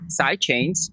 sidechains